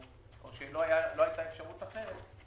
או שלא הייתה אפשרות אחרת,